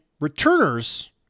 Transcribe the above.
returners